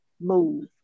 move